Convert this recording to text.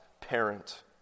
parent